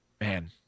man